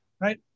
Right